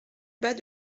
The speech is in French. bas